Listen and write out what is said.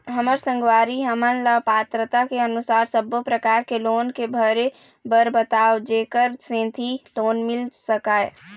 हमर संगवारी हमन ला पात्रता के अनुसार सब्बो प्रकार के लोन के भरे बर बताव जेकर सेंथी लोन मिल सकाए?